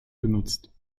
genutzt